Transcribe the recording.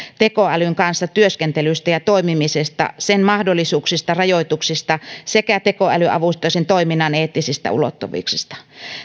tekoälyn kanssa työskentelystä ja toimimisesta sen mahdollisuuksista rajoituksista sekä tekoälyavusteisen toiminnan eettisistä ulottuvuuksista